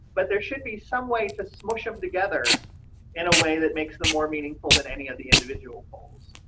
but there should be some way to smash them together in a way that makes them more meaningful than any of the individual goals.